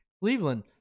Cleveland